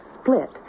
split